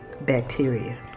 bacteria